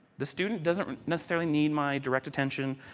the student does not necessarily need my direct attention,